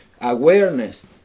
awareness